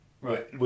right